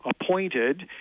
appointed